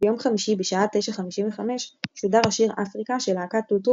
ביום חמישי בשעה 955 שודר השיר "Africa" של להקת "טוטו",